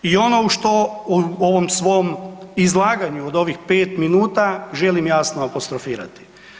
I ono u što u ovom svom izlaganju od ovih 5 minuta želim jasno apostrofirati.